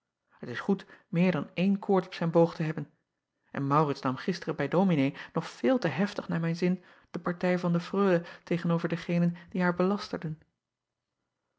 et is goed meer dan eene acob van ennep laasje evenster delen koord op zijn boog te hebben en aurits nam gisteren bij ominee nog veel te heftig naar mijn zin de partij van de reule tegen-over degenen die haar belasterden